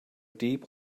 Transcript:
deep